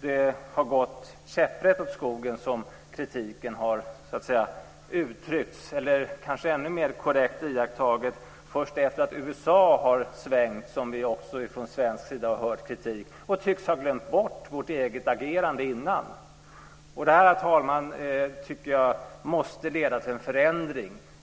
det har gått käpprätt åt skogen som kritiken har så att säga uttryckts, eller kanske ännu mer korrekt iakttaget: Det är först efter att USA har svängt som vi också från svensk sida har hört kritik och tycks ha glömt bort vårt eget agerande tidigare. Det här, herr talman, tycker jag måste leda till en förändring.